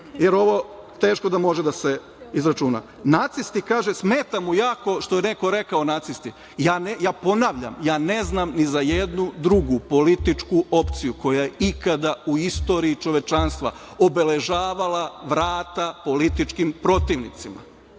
jer ovo teško da može da se izračuna. Nacisti, kaže, smeta mu jako što je neko rekao – nacisti. Ja ponavljam, ja ne znam ni za jednu drugu političku opciju koja je ikada u istoriji čovečanstva obeležavala vrata političkim protivnicima,